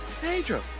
Pedro